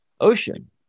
ocean